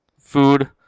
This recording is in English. food